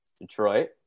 Detroit